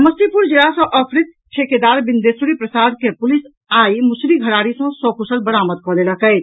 समस्तीपुर जिला सॅ अपहृत ठेकेदार बिंदेश्वरी प्रसाद के पुलिस आई मुसरी घरारी सॅ सकुशल बरामद कऽ लेलक अछि